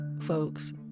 folks